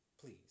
Please